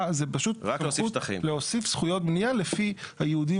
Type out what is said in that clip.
זה פשוט להוסיף זכויות בניה לפי הייעודים